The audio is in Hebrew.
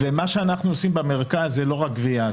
מה שאנחנו עושים במרכז זה לא רק גבייה,